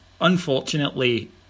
unfortunately